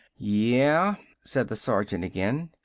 yeah, said the sergeant, again.